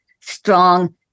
strong